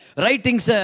writings